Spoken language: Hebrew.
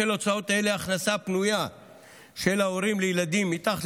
בשל הוצאות אלה ההכנסה הפנויה של הורים לילדים מתחת